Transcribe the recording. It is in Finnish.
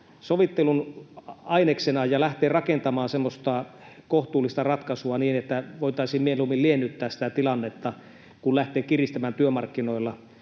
sovittelun aineksena ja lähteä rakentamaan semmoista kohtuullista ratkaisua, niin että voitaisiin mieluummin liennyttää sitä tilannetta kuin lähteä kiristämään työmarkkinoilla.